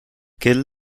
kill